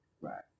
Right